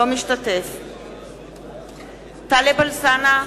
אינו משתתף בהצבעה טלב אלסאנע,